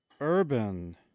Urban